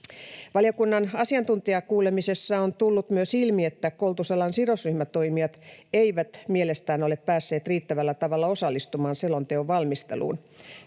Valiokunnan asiantuntijakuulemisessa on tullut myös ilmi, että koulutusalan sidosryhmätoimijat eivät mielestään ole päässeet riittävällä tavalla osallistumaan selonteon valmisteluun.